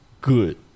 Good